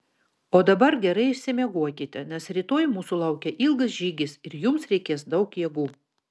o dabar gerai išsimiegokite nes rytoj mūsų laukia ilgas žygis ir jums reikės daug jėgų